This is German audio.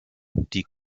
die